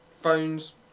Phones